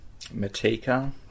matika